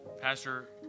Pastor